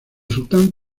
sultán